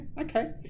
okay